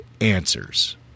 answers